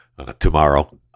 Tomorrow